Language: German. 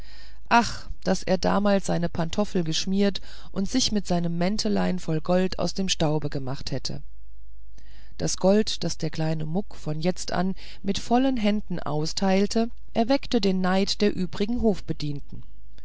ach daß er damals seine pantoffel geschmiert und sich mit seinem mäntelein voll gold aus dem staub gemacht hätte das gold das der kleine muck von jetzt an mit vollen händen austeilte erweckte den neid der übrigen